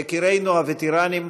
יקירינו הווטרנים,